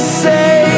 say